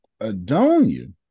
Adonia